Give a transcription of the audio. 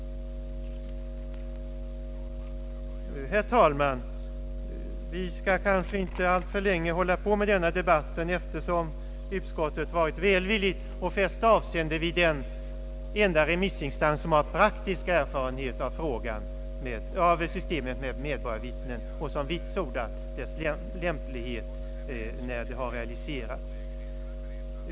Herr talman! Vi skall kanske inte allt för länge hålla på med denna debatt eftersom utskottet varit välvilligt och fäst avseende vid den enda remissinstans som har praktisk erfarenhet av systemet med medborgarvittne och som vitsordar dess lämplighet när det realiserats.